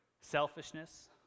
selfishness